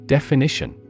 Definition